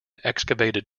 excavated